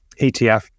ETF